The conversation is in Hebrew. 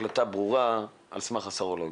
החלטה ברורה על סמך הסרולוגי.